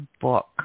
book